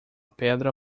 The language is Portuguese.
pedra